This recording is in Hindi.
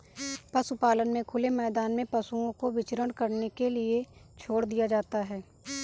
पशुपालन में खुले मैदान में पशुओं को विचरण के लिए छोड़ दिया जाता है